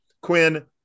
Quinn